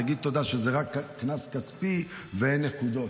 תגיד תודה שזה רק קנס כספי ואין נקודות.